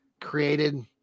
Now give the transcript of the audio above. created